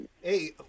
hey